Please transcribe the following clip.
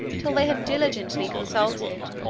till they have diligently consulted,